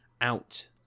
out